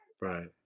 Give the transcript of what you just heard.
Right